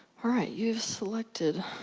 alright you have selected,